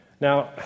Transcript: Now